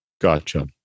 Gotcha